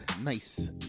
nice